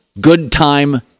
good-time